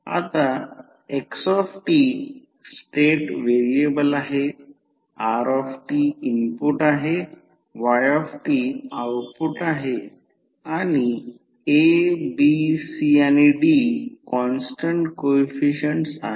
आता x state variable आहे rt input आहे y आउटपुट आहे आणि abc आणि d कॉन्स्टन्ट कोइफिसिएंट्स आहेत